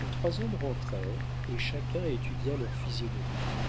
les trois hommes rentrèrent et chacun étudia leur physionomie